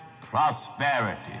prosperity